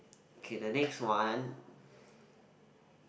okay the next one